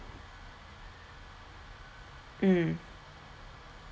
mm